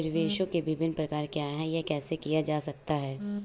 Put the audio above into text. निवेश के विभिन्न प्रकार क्या हैं यह कैसे किया जा सकता है?